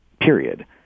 period